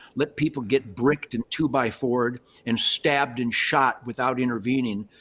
let people get bricked in two by ford and stabbed and shot without intervening.